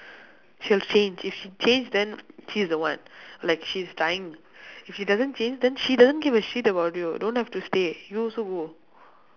she'll change if she change then she's the one like she's trying if she doesn't change then she doesn't give a shit about you don't have to stay you also go